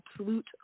absolute